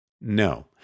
No